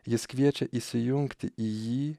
jis kviečia įsijungti į jį